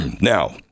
Now